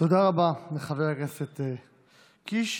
תודה רבה לחבר הכנסת קיש.